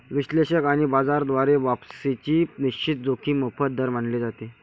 विश्लेषक आणि बाजार द्वारा वापसीची निश्चित जोखीम मोफत दर मानले जाते